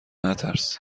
نترس